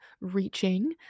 reaching